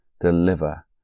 deliver